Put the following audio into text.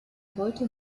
heute